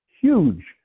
huge